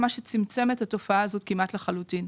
מה שצמצם את התופעה הזו כמעט לחלוטין.